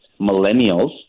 millennials